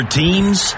teams